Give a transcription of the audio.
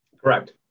Correct